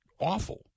awful